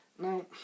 now